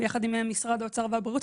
ביחד עם משרד האוצר והבריאות.